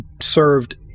served